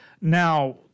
Now